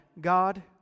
God